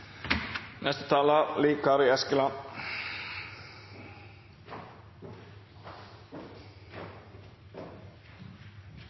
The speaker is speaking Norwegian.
Neste taler